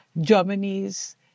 Germany's